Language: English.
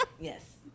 Yes